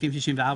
סעיפים 64,